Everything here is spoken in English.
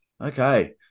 Okay